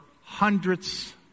hundreds